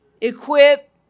Equip